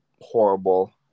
horrible